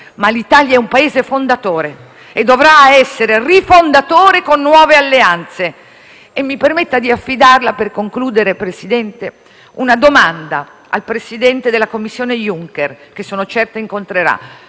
Ma l'Italia è un Paese fondatore e dovrà essere rifondatore con nuove alleanze. Presidente Conte, mi permetta di affidarle, per concludere, una domanda da porre al presidente della Commissione Juncker, che sono certo incontrerà